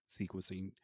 sequencing